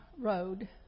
road